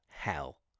hell